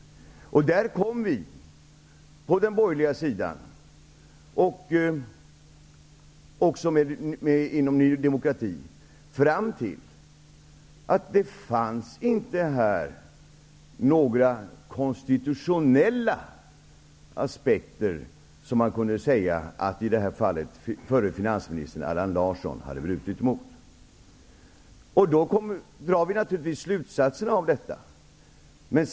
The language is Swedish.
Där kom vi på den borgerliga sidan, även inom Ny demokrati, fram till att det inte fanns några konstitutionella aspekter som man i det här fallet kunde säga att förre finansministern Allan Larsson hade brutit emot. Då drar vi naturligtvis en slutsats av detta.